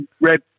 red